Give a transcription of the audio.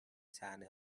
طعنه